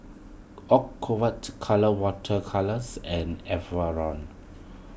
Ocuvite Colora Water Colours and Enervon